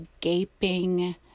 gaping